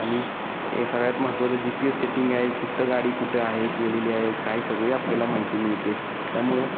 आणि हे सगळ्यात महत्त्वाचं जी पी एस सेटिंग आहे कुठं गाडी कुठं आहे केलेली आहे काही सगळी आपल्याला माहिती मिळते त्यामुळं